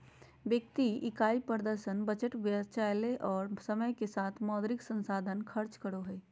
व्यक्ति इकाई प्रदर्शन बजट बचावय ले और समय के साथ मौद्रिक संसाधन खर्च करो हइ